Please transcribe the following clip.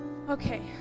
Okay